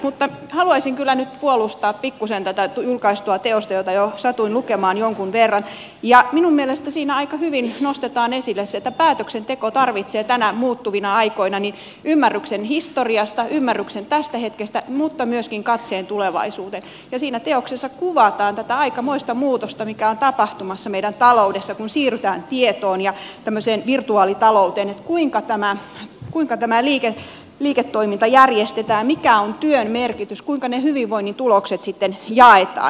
mutta haluaisin kyllä nyt puolustaa pikkuisen tätä julkaistua teosta jota jo satuin lukemaan jonkun verran ja minun mielestäni siinä aika hyvin nostetaan esille se että päätöksenteko tarvitsee näinä muuttuvina aikoina ymmärryksen historiasta ymmärryksen tästä hetkestä mutta myöskin katseen tulevaisuuteen ja siinä teoksessa kuvataan tätä aikamoista muutosta mikä on tapahtumassa meidän taloudessa kun siirrytään tietoon ja tämmöiseen virtuaalitalouteen kuinka tämä liiketoiminta järjestetään mikä on työn merkitys kuinka ne hyvinvoinnin tulokset sitten jaetaan